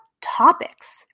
topics